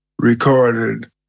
Recorded